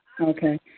Okay